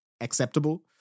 acceptable